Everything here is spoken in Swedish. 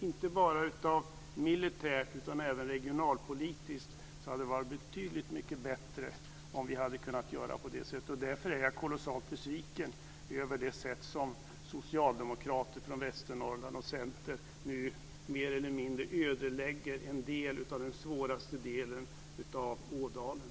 Inte bara militärt utan även regionalpolitiskt hade det varit betydligt mycket bättre om vi hade kunnat göra på det sättet. Därför är jag kolossalt besviken över det sätt på vilket socialdemokrater och centerpartister från Västernorrland nu mer eller mindre ödelägger en del av den svåraste delen av Ådalen.